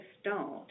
start